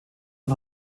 und